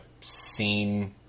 seen